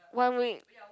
one week